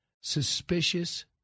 suspicious